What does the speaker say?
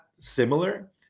similar